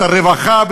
את הרווחה,